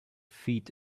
feet